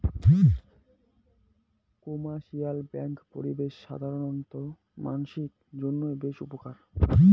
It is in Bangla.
কোমার্শিয়াল ব্যাঙ্ক পরিষেবা সাধারণ মানসির জইন্যে বেশ উপকার